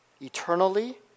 eternally